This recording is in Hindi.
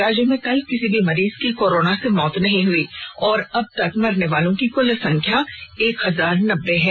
राज्य में कल किसी भी मरीज की कोरोना से मौत नहीं हुई है और अबतक मरने वालों की कुल संख्या एक हजार नब्बे है